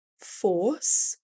force